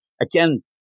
again